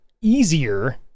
easier